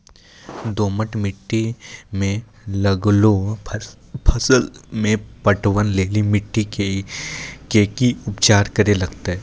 दोमट मिट्टी मे लागलो फसल मे पटवन लेली मिट्टी के की उपचार करे लगते?